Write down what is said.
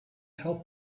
help